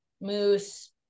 moose